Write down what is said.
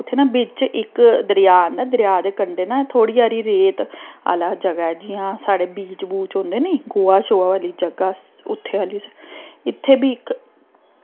उत्थें न बिच्च इक दरिया आंदा दरिया दे कंढै न थोह्ड़ी हारी रेत आह्ला जगह ऐ जियां साढ़ी बीच बूच होंदे नी गोवा शोवा आह्ली जगह् उत्थें आह्ली साइड बी इत्थें बी इक